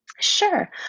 Sure